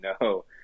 no